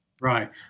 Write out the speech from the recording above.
Right